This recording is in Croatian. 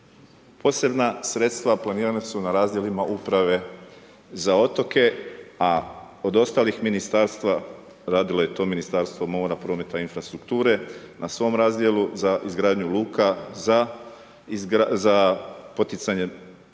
Posebna sredstva planirana su na razdjelima uprave za otoke, a od ostalih ministarstava radilo je to Ministarstvo mora, prometa i infrastrukture na svom razdjelu za izgradnju luka, za poticanje